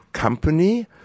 Company